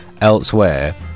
elsewhere